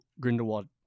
grindelwald